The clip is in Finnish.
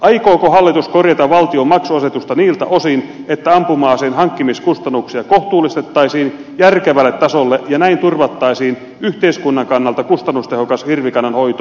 aikooko hallitus korjata valtion maksuasetusta niiltä osin että ampuma aseen hankkimiskustannuksia kohtuullistettaisiin järkevälle tasolle ja näin turvattaisiin yhteiskunnan kannalta kustannustehokas hirvikannan hoito myös tulevaisuudessa